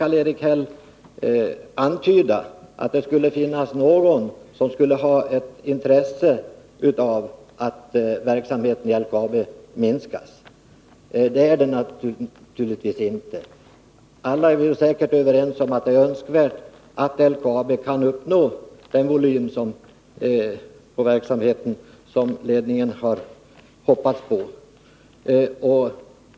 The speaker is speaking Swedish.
Karl-Erik Häll försöker antyda att det skulle finnas någon som skulle ha intresse av att verksamheten vid LKAB minskas. Det är det naturligtvis inte. Vi är säkert alla överens om att det är önskvärt att LKAB kan uppnå den verksamhetsvolym som ledningen har hoppats på.